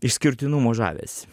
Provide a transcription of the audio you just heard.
išskirtinumo žavesį